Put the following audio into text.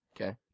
Okay